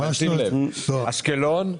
שים לב, אשקלון,